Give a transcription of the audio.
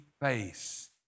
face